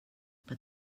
but